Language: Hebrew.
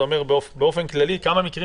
עירית, באופן כללי, כמה מקרים